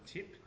Tip